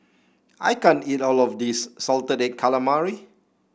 I can't eat all of this Salted Egg Calamari